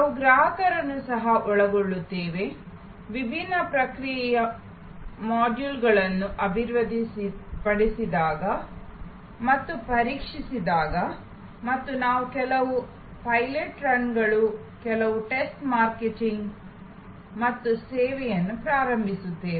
ನಾವು ಗ್ರಾಹಕರನ್ನು ಸಹ ಒಳಗೊಳ್ಳುತ್ತೇವೆ ವಿಭಿನ್ನ ಪ್ರಕ್ರಿಯೆಯ ಮಾಡ್ಯೂಲ್ಗಳನ್ನು ಅಭಿವೃದ್ಧಿಪಡಿಸಿದಾಗ ಮತ್ತು ಪರೀಕ್ಷಿಸಿದಾಗ ಮತ್ತು ನಾವು ಕೆಲವು ಪೈಲಟ್ ರನ್ಗಳು ಕೆಲವು ಟೆಸ್ಟ್ ಮಾರ್ಕೆಟಿಂಗ್ ಮತ್ತು ಸೇವೆಯನ್ನು ಪ್ರಾರಂಭಿಸುತ್ತೇವೆ